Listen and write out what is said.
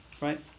right